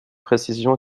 précisions